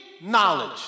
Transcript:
knowledge